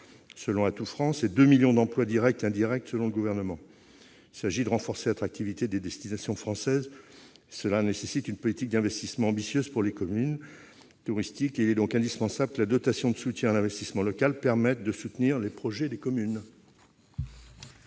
selon Atout France, et 2 millions d'emplois directs et indirects selon le Gouvernement. Renforcer l'attractivité des destinations françaises nécessite une politique d'investissement ambitieuse pour les communes touristiques ; il est donc indispensable que la DSIL permette de soutenir les projets des communes.